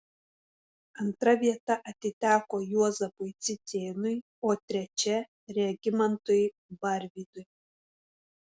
antra vieta atiteko juozapui cicėnui o trečia regimantui barvydui